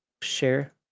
share